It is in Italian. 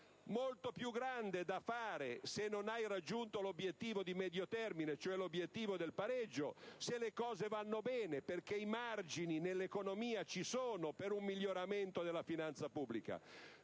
molto più grande da fare, se non si è raggiunto l'obiettivo di medio termine, cioè l'obiettivo del pareggio, se le cose vanno bene, perché i margini nell'economia ci sono per un miglioramento della finanza pubblica;